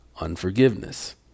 unforgiveness